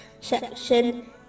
section